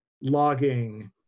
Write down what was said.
logging